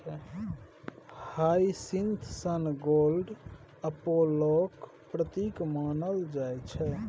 hyacinth सन गोड अपोलोक प्रतीक मानल जाइ छै